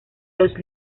los